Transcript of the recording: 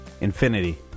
Infinity